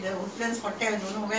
no lah that fellow was okay